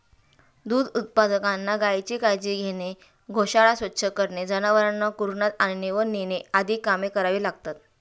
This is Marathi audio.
दूध उत्पादकांना गायीची काळजी घेणे, गोशाळा स्वच्छ करणे, जनावरांना कुरणात आणणे व नेणे आदी कामे करावी लागतात